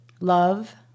love